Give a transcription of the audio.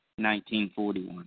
1941